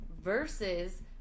versus